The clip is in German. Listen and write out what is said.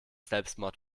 selbstmord